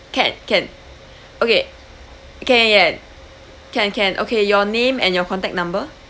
can can okay can can can can can okay your name and your contact number